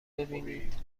ببینید